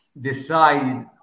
decide